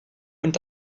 und